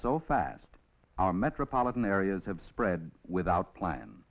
so fast our metropolitan areas have spread without plan